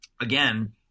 Again